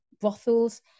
brothels